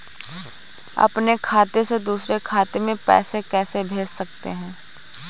अपने खाते से दूसरे खाते में पैसे कैसे भेज सकते हैं?